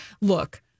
look